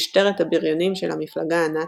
משטרת הבריונים של המפלגה הנאצית,